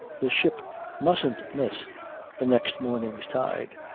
the ship mustn't miss the next morning's tide.